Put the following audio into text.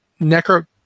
Necro